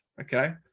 Okay